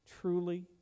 Truly